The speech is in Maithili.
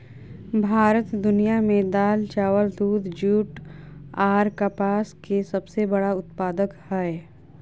भारत दुनिया में दाल, चावल, दूध, जूट आर कपास के सबसे बड़ा उत्पादक हय